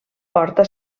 porta